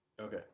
Okay